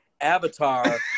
avatar